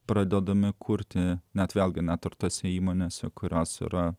pradedami kurti net vėlgi net ir tose įmonėse kurios yra